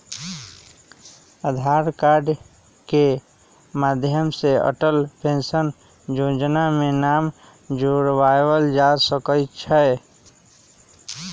आधार card के माध्यम से अटल पेंशन जोजना में नाम जोरबायल जा सकइ छै